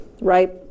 right